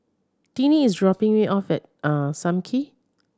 Tinie is dropping me off at Sam Kee